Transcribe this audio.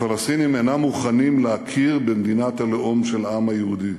הפלסטינים אינם מוכנים להכיר במדינת הלאום של העם היהודי,